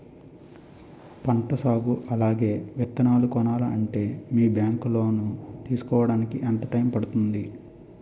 పంట సాగు అలాగే విత్తనాలు కొనాలి అంటే మీ బ్యాంక్ లో లోన్ తీసుకోడానికి ఎంత టైం పడుతుంది?